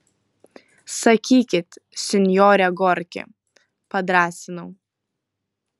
sakykit sinjore gorki padrąsinau